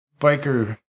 biker